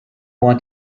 want